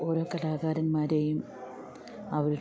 ഓരോ കലാകാരന്മാരെയും അവരുടെ